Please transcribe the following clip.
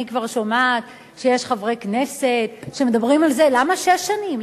אני כבר שומעת שיש חברי כנסת שמדברים על זה: למה שש שנים?